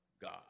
God